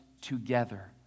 together